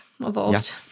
Evolved